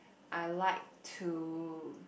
I like to